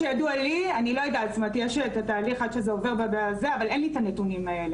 פועלים כדי למנוע את ההידרדרות של התופעות האלה,